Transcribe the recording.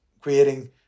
creating